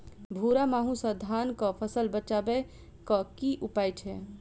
भूरा माहू सँ धान कऽ फसल बचाबै कऽ की उपाय छै?